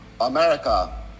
America